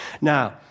Now